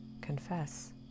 confess